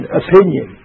opinion